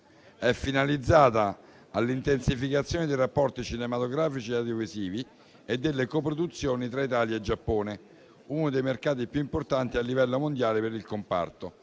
è finalizzata all'intensificazione dei rapporti cinematografici e audiovisivi e delle coproduzioni tra Italia e Giappone, che è uno dei mercati a livello mondiale più importanti